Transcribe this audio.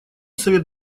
совет